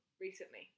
recently